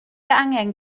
angen